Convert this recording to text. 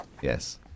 Yes